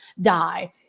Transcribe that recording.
die